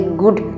good